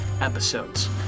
episodes